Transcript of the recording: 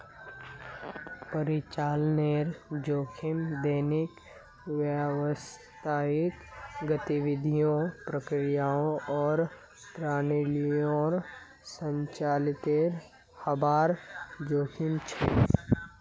परिचालनेर जोखिम दैनिक व्यावसायिक गतिविधियों, प्रक्रियाओं आर प्रणालियोंर संचालीतेर हबार जोखिम छेक